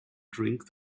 drink